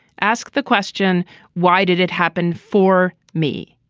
ask the question why did it happen for me.